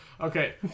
Okay